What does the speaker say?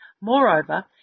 Moreover